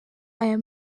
aya